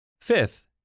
Fifth